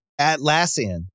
Atlassian